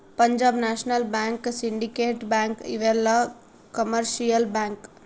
Punjab national bank syndicate bank ಇವೆಲ್ಲ commercial bank